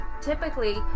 typically